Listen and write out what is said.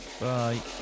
bye